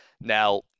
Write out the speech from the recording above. Now